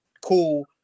cool